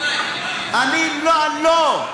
לא.